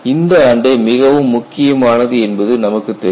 இந்த ஆண்டு மிகவும் முக்கியமானது என்பது நமக்கு தெரியும்